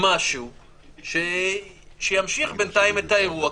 משהו שימשיך בינתיים את האירוע,